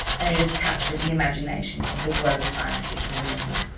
and it has captured the imagination of the global scientific community.